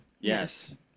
Yes